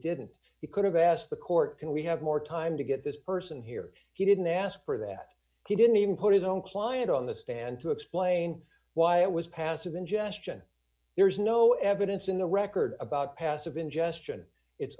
didn't he could have asked the court can we have more time to get this person here he didn't ask for that he didn't even put his own client on the stand to explain why it was passive ingestion there is no evidence in the record about passive ingestion it's